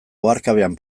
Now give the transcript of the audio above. oharkabean